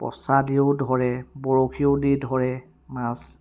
পছা দিও ধৰে বৰশীও দি ধৰে মাছ